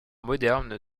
moderne